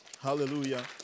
Hallelujah